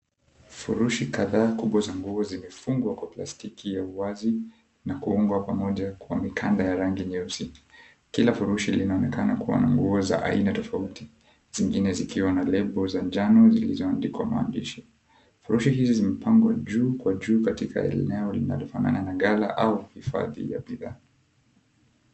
Furushi kahdaa kubwa za nguo zimefukwa kwa plastiki ya uwazi na kuungwa pamoja kwa mikanda ya rangi nyeusi. Kila furushi linaonekana kuwa na nguo za aina tofauti zingine zikiwa na lebo za njano zilizoandikwa maandishi. Furushi hizi zimepangwa juu kwa juu katika eneo linalofanana na ghala au hifadhi ya bidhaa